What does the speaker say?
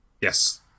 Yes